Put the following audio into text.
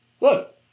Look